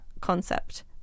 concept